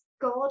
God